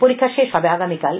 পরীক্ষা শেষ হবে আগামীকাল